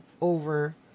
over